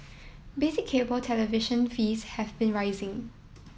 basic cable television fees have been rising